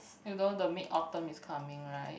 you know the Mid Autumn is coming right